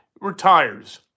retires